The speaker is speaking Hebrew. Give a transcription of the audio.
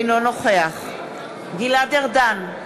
אינו נוכח גלעד ארדן,